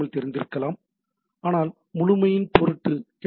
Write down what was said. L தெரிந்திருக்கலாம் ஆனால் முழுமையின் பொருட்டு ஹெச்